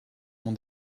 mon